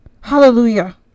Hallelujah